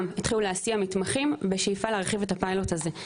התחילו להסיע מתמחים בשאיפה להרחיב את הפיילוט הזה.